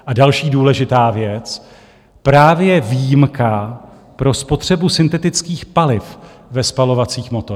A další důležitá věc, právě výjimka pro spotřebu syntetických paliv ve spalovacích motorech.